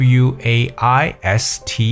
w-a-i-s-t